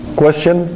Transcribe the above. question